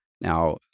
Now